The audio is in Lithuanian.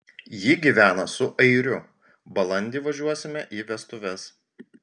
ji gyvena su airiu balandį važiuosime į vestuves